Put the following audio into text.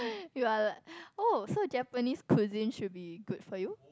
you are like oh so Japanese cuisine should be good for you